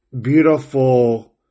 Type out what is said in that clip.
beautiful